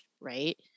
right